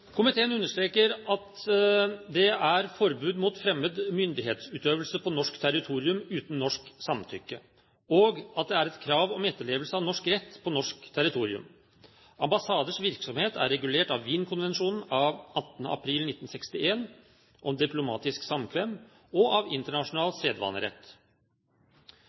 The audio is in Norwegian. Komiteen understreker at det er forbud mot fremmed myndighetsutøvelse på norsk territorium uten norsk samtykke, og at det er krav om etterlevelse av norsk rett på norsk territorium. Ambassaders virksomhet er regulert av Wien-konvensjonen av 18. april 1961 om diplomatisk samkvem og av internasjonal sedvanerett.